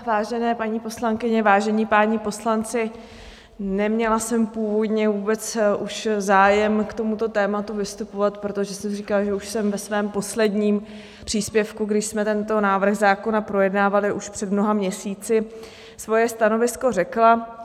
Vážené paní poslankyně, vážení páni poslanci, neměla jsem původně vůbec už zájem k tomuto tématu vystupovat, protože jsem si říkala, že už jsem ve svém posledním příspěvku, kdy jsme tento návrh zákona projednávali už před mnoha měsíci, svoje stanovisko řekla.